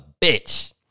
bitch